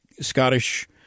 Scottish